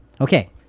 Okay